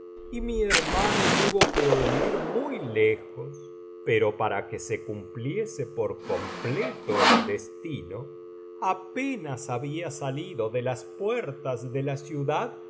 y mi hermano tuvo que huir muy lejos pero para que se cumpliese por completo el destino apenas había salido de las puertas de la ciudad